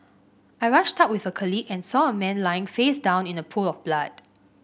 I rushed out with a colleague and saw a man lying face down in a pool of blood